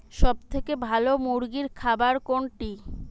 সবথেকে ভালো মুরগির খাবার কোনটি?